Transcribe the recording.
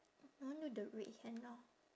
I want do the red henna